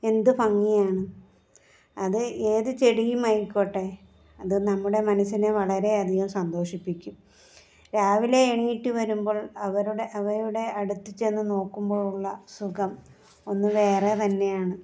എന്ത് ഭംഗിയാണ് അത് ഏത് ചെടിയും ആയിക്കോട്ടെ അത് നമ്മുടെ മനസ്സിനെ വളരെയധികം സന്തോഷിപ്പിക്കും രാവിലെ എണീറ്റ് വരുമ്പോൾ അവരുടെ അവയുടെ അടുത്ത് ചെന്ന് നോക്കുമ്പോൾ ഉള്ള സുഖം ഒന്ന് വേറെ തന്നെയാണ്